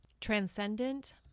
transcendent